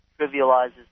trivializes